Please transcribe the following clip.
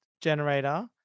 generator